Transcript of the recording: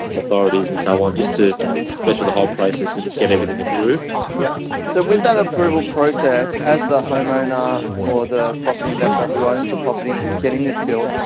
authorities and so on just to get through the whole process and get everything approved. ryan yeah so without approval process as the home owner or the property investor who owns the property and is getting this built,